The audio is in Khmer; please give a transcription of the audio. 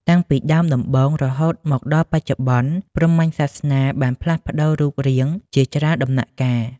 តាំងពីដើមដំបូង រហូតមកដល់ពេលបច្ចុប្បន្ន ព្រហ្មញ្ញសាសនាបានផ្លាស់ប្ដូររូបរាងជាច្រើនដំណាក់កាល។